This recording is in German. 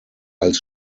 als